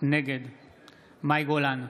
נגד מאי גולן,